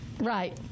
Right